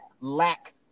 lack